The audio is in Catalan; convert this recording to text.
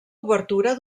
obertura